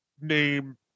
name